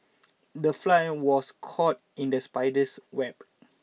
the fly was caught in the spider's web